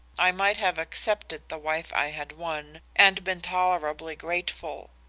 i might have accepted the wife i had won, and been tolerably grateful.